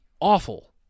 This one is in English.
awful